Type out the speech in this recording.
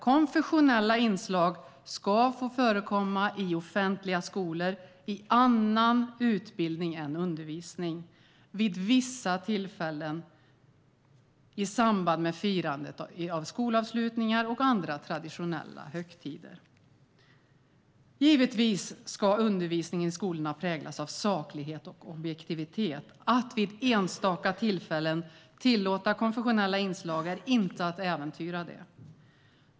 Konfessionella inslag ska få förekomma i offentliga skolor, i annan utbildning än undervisning, vid vissa tillfällen i samband med firandet av skolavslutningar och andra traditionella högtider. Givetvis ska undervisningen i skolorna präglas av saklighet och objektivitet. Att vid enstaka tillfällen tillåta konfessionella inslag är inte att äventyra det.